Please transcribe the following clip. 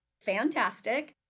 fantastic